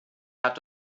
hat